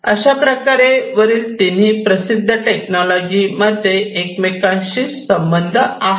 अशा प्रकारे वरील तिन्ही प्रसिद्ध टेक्नॉलॉजी मध्ये एकमेकांशी संबंध आहे